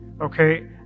Okay